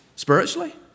Spiritually